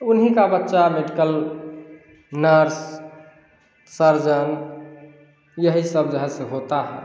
उन्हीं का बच्चा मेडिकल नर्स सर्जन यही सब जो है से होता है